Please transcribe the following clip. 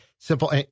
Simple